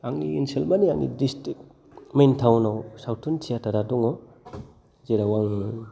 आंनि ओनसोल माने आंनि डिसट्रिक्त मेइन टाउन आव सावथुन थियेटार आ दङ जेराव आङो